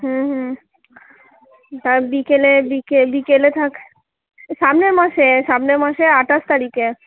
হুম হুম আর বিকেলে বিকেলে থাকছে সামনের মাসে সামনের মাসের আঠাশ তারিখে